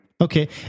Okay